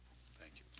thank you.